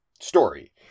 story